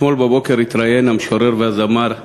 אתמול בבוקר התראיין המשורר והזמר,